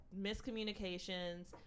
miscommunications